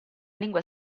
lingua